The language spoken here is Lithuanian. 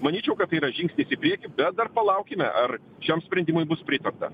manyčiau kad tai yra žingsnis į priekį bet dar palaukime ar šiam sprendimui bus pritarta